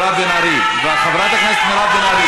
בואו נאפשר לחבר הכנסת גליק,